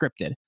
scripted